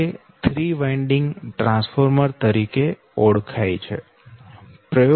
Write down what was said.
તે 3 winding transformer તરીકે ઓળખાય છે